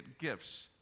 gifts